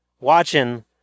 watching